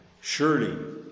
Surely